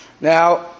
Now